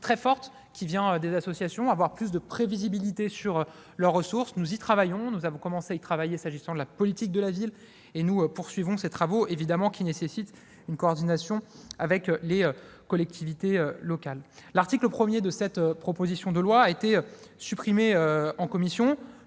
très forte qui vient des associations : elles veulent plus de prévisibilité pour ce qui concerne leurs ressources. Nous y travaillons, nous avons commencé à y travailler s'agissant de la politique de la ville, et nous poursuivons ces travaux qui nécessitent évidemment une coordination avec les collectivités locales. L'article 1 de cette proposition de loi a été supprimé en commission.